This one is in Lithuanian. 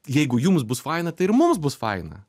jeigu jums bus faina tai ir mums bus faina